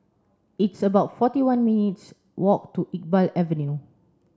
it's about forty one minutes' walk to Iqbal Avenue